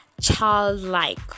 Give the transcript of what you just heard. childlike